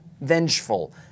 vengeful